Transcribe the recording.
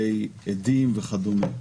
לגבי עדים וכדומה.